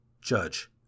judge